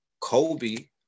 Kobe